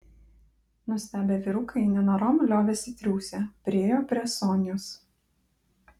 nustebę vyrukai nenorom liovėsi triūsę priėjo prie sonios